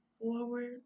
forward